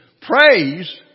Praise